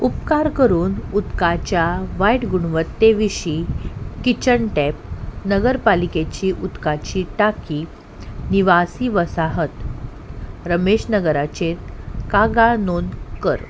उपकार करून उदकाच्या वायट गुणवत्ते विशीं किचन टॅप नगरपालिकेची उदकाची टाकी निवासी वसाहत रमेश नगराचेर कागाळ नोंद कर